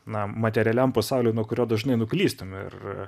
na materialiam pasauliui nuo kurio dažnai nuklystam ir